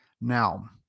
Now